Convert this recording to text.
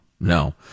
no